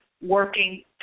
working